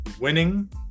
winning